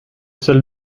seul